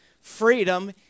freedom